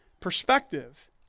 perspective